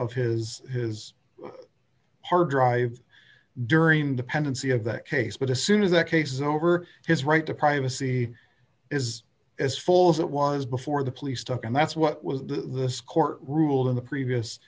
of his his hard drives during the pendency of that case but as soon as that case is over his right to privacy is as full as it was before the police took and that's what was this court ruled on the previous